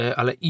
ale